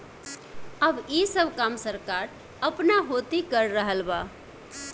अब ई सब काम सरकार आपना होती कर रहल बा